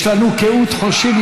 יש לנו קהות חושים,